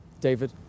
David